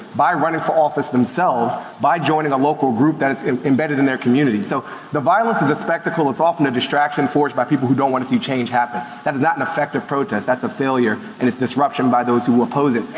by running for office themselves, by joining a local group that is embedded in their community. so the violence is a spectacle, it's often a distraction forged by people who don't wanna see change happen. that is not an effective protest, that's a failure, and it's disruption by those who oppose it.